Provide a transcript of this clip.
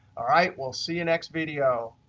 all right, we'll see you next video.